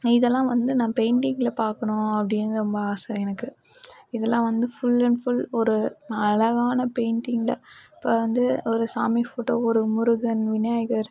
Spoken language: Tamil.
இதெல்லாம் வந்து நான் பெயிண்டிங்கில் பார்க்கணும் அப்படின்னு ரொம்ப ஆசை எனக்கு இதெல்லாம் வந்து ஃபுல் அண்ட் ஃபுல் ஒரு அழகான பெயிண்டிங்கில் இப்போ வந்து ஒரு சாமி ஃபோட்டோ ஒரு முருகன் விநாயகர்